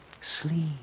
Sleep